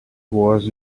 was